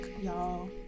y'all